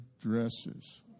dresses